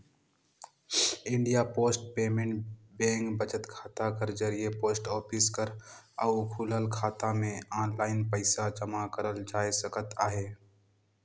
India post payment bank बचत खाता कर जरिए पोस्ट ऑफिस कर अउ खुलल खाता में आनलाईन पइसा जमा करल जाए सकत अहे